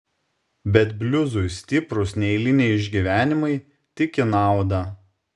bet bliuzui stiprūs neeiliniai išgyvenimai tik į naudą